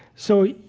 so,